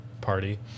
party